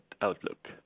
outlook